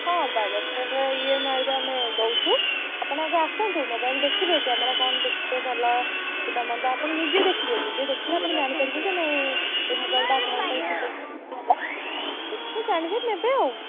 ହଁ ବଜାଜ୍ କାର୍ଡ଼ରେ ଇଏମ୍ଆଇଟା ଆମେ ଦେଉଛୁ ଆପଣ ଆଗ ଆସନ୍ତୁ ମୋବାଇଲ୍ ଦେଖିବେ କ୍ୟାମେରା କ'ଣ ଦେଖିବେ ଭଲ କେଉଁଟା ମନ୍ଦ ଆପଣ ନିଜେ ଦେଖିବେ ନିଜେ ଦେଖିଲେ ଆପଣ ଜାଣି ପାରିବେ ଯେ ନାହିଁ ଏହି ମୋବାଇଲ୍ଟା ଆପଣଙ୍କ ପାଇଁ ସୁଇଟେବଲ୍ ହେବ ଦେଖିବେ ଜାଣିବେ ନେବେ ଆଉ